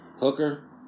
Hooker